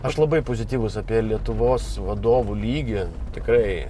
aš labai pozityvus apie lietuvos vadovų lygį tikrai